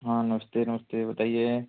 हाँ नमस्ते नमस्ते बताइए